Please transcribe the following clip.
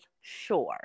sure